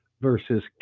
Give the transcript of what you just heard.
versus